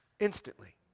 Instantly